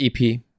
EP